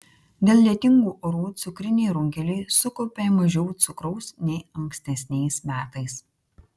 dėl lietingų orų cukriniai runkeliai sukaupė mažiau cukraus nei ankstesniais metais